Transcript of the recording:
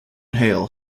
hale